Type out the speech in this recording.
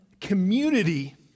community